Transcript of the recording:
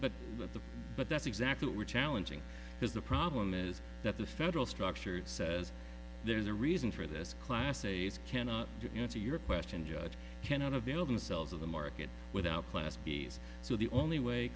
but but that's exactly what we're challenging because the problem is that the federal structure says there's a reason for this class a's cannot get into your question judge cannot avail themselves of the market without class b so the only way